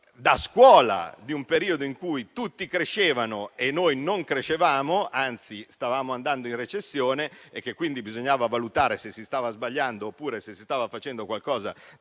di scuola di un periodo in cui tutti crescevano e noi non crescevamo, anzi stavamo andando in recessione e quindi bisognava valutare se si stava sbagliando oppure se si stava facendo qualcosa di